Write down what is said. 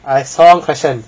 I saw one question